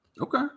Okay